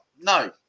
No